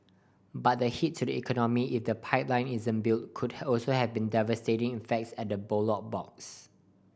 but the hit to the economy if the pipeline isn't built could also have been devastating effects at the ballot box